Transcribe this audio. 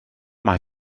mae